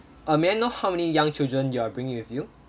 uh may I know how many young children you are bringing with you